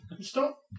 Stop